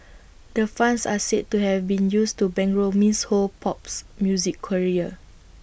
the funds are said to have been used to bankroll miss Ho's pops music career